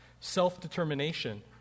Self-determination